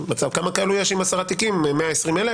כמה כאלה שיש עם 10 תיקים, 120,000?